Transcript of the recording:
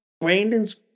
Brandon's